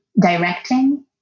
directing